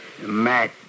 Matt